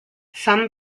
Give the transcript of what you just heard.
some